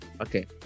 Okay